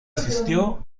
asistió